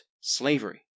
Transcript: slavery